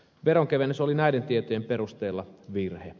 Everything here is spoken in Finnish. veronkevennys oli näiden tietojen perusteella virhe